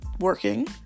working